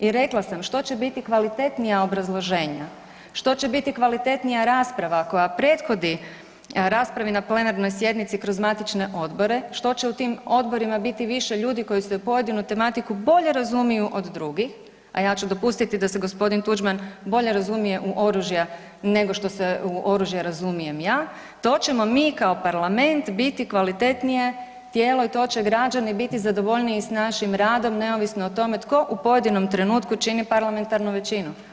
I rekla sam što će biti kvalitetnija obrazloženja, što će biti kvalitetnija rasprava koja prethodi raspravi na plenarnoj sjednici kroz matične odbore, što će u tim odborima biti više ljudi koji se u pojedinu tematiku bolje razumiju od drugih, a ja ću dopustiti da se g. Tuđman bolje razumije u oružja nego što se u oružja razumijem ja, to ćemo mi kao parlament biti kvalitetnije tijelo i to će građani biti zadovoljniji s našim radom neovisno o tome tko u pojedinom trenutku čini parlamentarnu većinu.